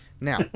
Now